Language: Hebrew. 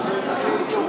חבר הכנסת גפני,